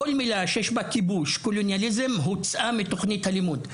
כל מילה שיש בה כיבוש קולוניאליזם הוצאה מתוכנית הלימוד.